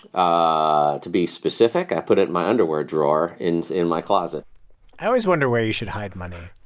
ah to be specific, i put it my underwear drawer in in my closet i always wonder where you should hide money